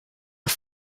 auf